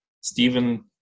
Stephen